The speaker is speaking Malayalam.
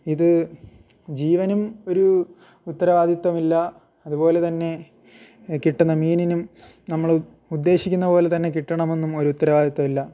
ഇത് ജീവനും ഒരു ഉത്തരവാദിത്വമില്ല അതുപോലെ തന്നെ കിട്ടുന്ന മീനിനും നമ്മൾ ഉദ്ദേശിക്കുന്നപോലെ തന്നെ കിട്ടണമെന്നും ഒരു ഉത്തരവാദിത്വമില്ല